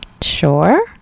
Sure